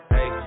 Hey